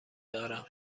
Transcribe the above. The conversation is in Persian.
دارم